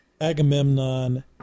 Agamemnon